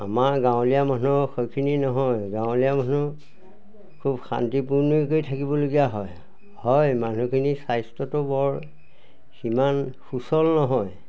আমাৰ গাঁৱলীয়া মানুহৰ সেইখিনি নহয় গাঁৱলীয়া মানুহ খুব শান্তিপূৰ্ণ কৰি থাকিবলগীয়া হয় মানুহখিনি স্বাস্থ্যটো বৰ সিমান সুচল নহয়